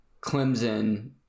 Clemson